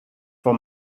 for